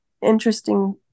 interesting